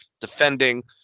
defending